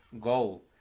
goal